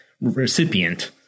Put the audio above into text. recipient